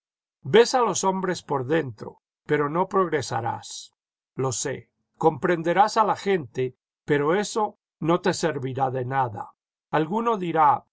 a los hombres por dentro pero no progresarás lo sé comprenderás a la gente pero eso no te servirá de nada alguno dirá